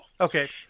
okay